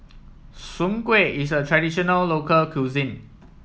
Soon Kueh is a traditional local cuisine